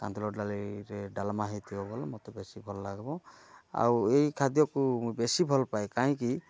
କାନ୍ଦୁଳ ଡ଼ାଲିରେ ଡ଼ାଲମା ହୋଇଥିବ ଭଲ ମୋତେ ବେଶୀ ଭଲ ଲାଗିବ ଆଉ ଏଇ ଖାଦ୍ୟକୁ ମୁଁ ବେଶୀ ଭଲପାଏ କାଇଁକି